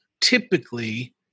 typically